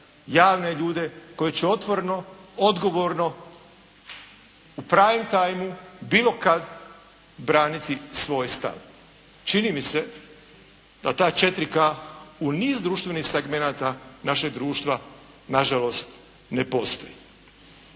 javne ljude koji će otvoreno, odgovorno u pravom tajmu, bilo kad braniti svoj stav. Čini mi se da ta četiri K u niz društvenih segmenata našeg društva na žalost ne postoji.